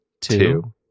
two